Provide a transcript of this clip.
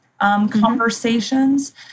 conversations